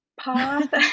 path